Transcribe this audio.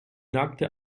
nackte